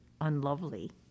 Unlovely